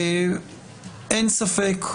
אין ספק,